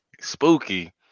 Spooky